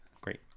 Great